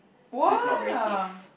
so is not very safe